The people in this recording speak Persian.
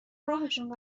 راهشون